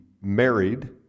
married